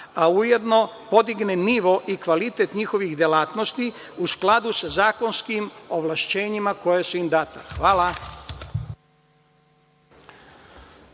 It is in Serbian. a ujedno da se podigne nivo i kvalitet njihovih delatnosti u skladu sa zakonskim ovlašćenima koja su im data. Hvala.